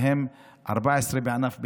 מהם 14 בענף הבניין.